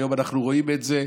והיום אנחנו רואים את זה: